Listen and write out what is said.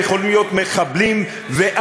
הם יכולים להיות מחבלים ואנסים.